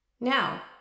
Now